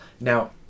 Now